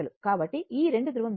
కాబట్టి 2 ధృవం జతలు